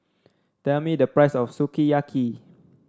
tell me the price of Sukiyaki